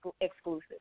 exclusive